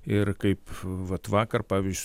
ir kaip vat vakar pavyzdžiui